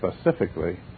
specifically